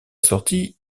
sortie